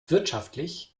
wirtschaftlich